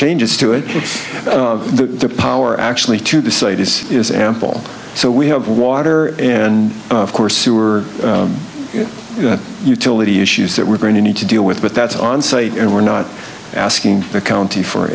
changes to it the power actually to the site is is ample so we have water and of course sewer utility issues that we're going to need to deal with but that's on site and we're not asking the county for